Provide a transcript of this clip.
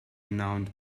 renowned